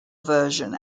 version